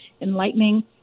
enlightening